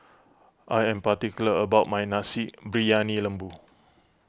I am particular about my Nasi Briyani Lembu